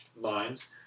Lines